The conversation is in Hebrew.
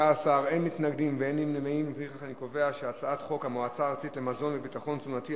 את הצעת חוק המועצה הארצית למזון ולביטחון תזונתי,